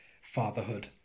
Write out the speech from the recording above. fatherhood